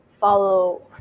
follow